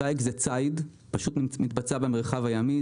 דיג זה ציד, שפשוט מתבצע במרחב הימי.